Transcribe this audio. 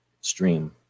stream